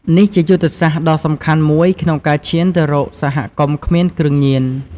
នេះជាយុទ្ធសាស្ត្រដ៏សំខាន់មួយក្នុងការឈានទៅរកសហគមន៍គ្មានគ្រឿងញៀន។